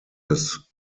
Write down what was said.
des